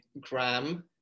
gram